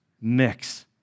mix